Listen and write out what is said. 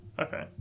okay